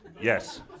Yes